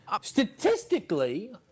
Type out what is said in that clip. statistically